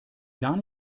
gar